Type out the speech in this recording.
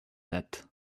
that